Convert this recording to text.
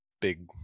big